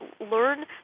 learn